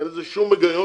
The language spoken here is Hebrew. אין לזה שום היגיון,